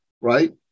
right